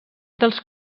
dels